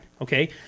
Okay